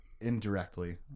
indirectly